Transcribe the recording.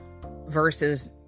versus